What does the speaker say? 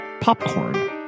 Popcorn